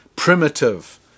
primitive